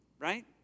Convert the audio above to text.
right